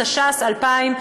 התש"ס 2000,